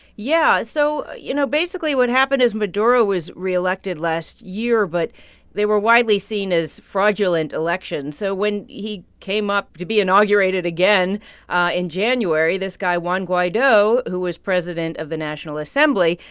yeah. so, you know, basically, what happened is maduro was re-elected last year. but they were widely seen as fraudulent elections. so when he came up to be inaugurated again in january, this guy juan guaido, who was president of the national assembly,